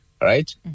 right